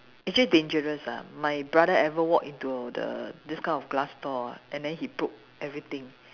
actually dangerous ah my brother ever walk into the this kind of glass door and then he broke everything